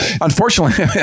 unfortunately